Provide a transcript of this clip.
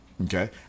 Okay